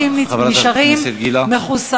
חברת הכנסת גילה.